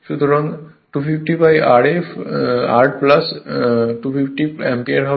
সুতরাং 250 R 250 ampere হবে